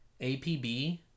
APB